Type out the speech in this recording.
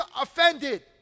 offended